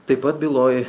taip pat byloj